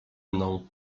mną